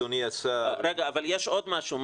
אדוני השר --- אבל יש עוד משהו,